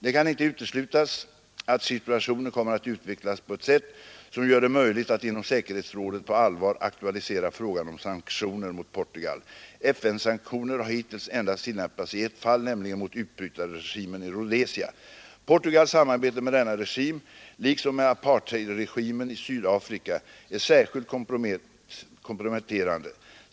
Det kan inte uteslutas att situationen kommer att utvecklas på ett sätt som gör det möjligt att inom säkerhetsrådet på allvar aktualisera frågan om sanktioner mot Portugal. FN-sanktioner har hittills endast tillämpats i ett fall, nämligen mot utbrytarregimen i Rhodesia. Portugals samarbete med denna regim liksom med apartheidregimen i Sydafrika är särskilt komprometterande.